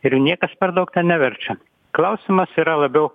ir niekas per daug neverčia klausimas yra labiau